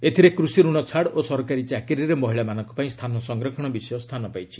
ଏଥିରେ କୃଷି ରଣ ଛାଡ଼ ଓ ସରକାରୀ ଚାକିରୀରେ ମହିଳାମାନଙ୍କ ପାଇଁ ସ୍ଥାନ ସଂରକ୍ଷଣ ବିଷୟ ସ୍ଥାନ ପାଇଛି